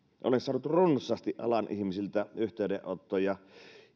olen saanut runsaasti alan ihmisiltä yhteydenottoja